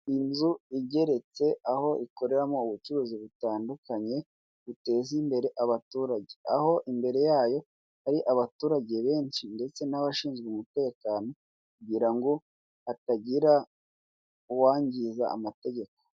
Inzu igeretse aho ikoreramo ubucuruzi butandukanye, buteza imbere abaturage, aho imbere yayo hari abaturage benshi ndetse n'abashinzwe umutekano, kugirango hatagira uwangiza amategeko.